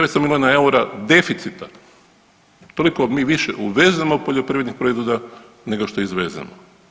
900 milijuna eura deficita, toliko mi više uvezujemo poljoprivrednih proizvoda nego što izvezemo.